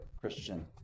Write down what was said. Christian